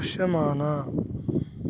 దృశ్యమాన